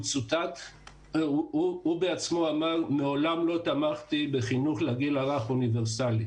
הוא צוטט והוא בעצמו אמר: מעולם לא תמכתי בחינוך לגיל הרך אוניברסלי.